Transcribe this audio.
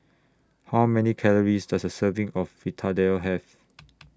How Many Calories Does A Serving of Fritada Have